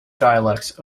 dialects